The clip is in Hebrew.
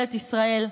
בעיקר אל המנכ"ל,